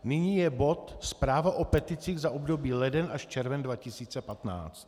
Nyní je bod zpráva o peticích za období leden až červen 2015.